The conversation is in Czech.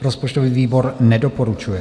Rozpočtový výbor nedoporučuje.